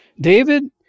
David